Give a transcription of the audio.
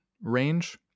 range